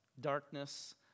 darkness